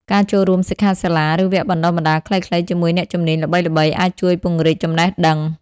ការចូលរួមសិក្ខាសាលា ឬវគ្គបណ្តុះបណ្តាលខ្លីៗជាមួយអ្នកជំនាញល្បីៗអាចជួយពង្រីកចំណេះដឹង។